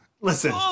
listen